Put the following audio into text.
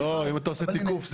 אם אתה עושה תיקוף,